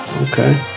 Okay